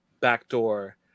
backdoor